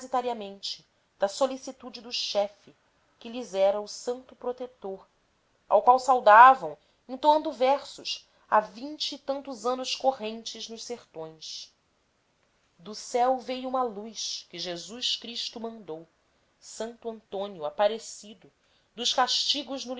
parasitariamente da solicitude do chefe que lhes era o santo protetor ao qual saudavam entoando versos há vinte e tantos anos correntes nos sertões do céu veio uma luz que jesus cristo mandou santo antônio aparecido dos castigos nos